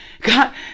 God